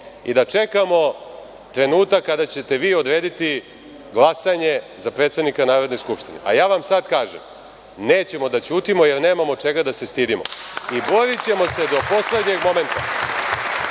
i da čekamo trenutak kada ćete vi odrediti glasanje za predsednika Narodne skupštine. Ja vam sada kažem, nećemo da ćutimo jer nemamo čega da se stidimo i borićemo se do poslednjeg momenta